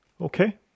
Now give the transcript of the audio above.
okay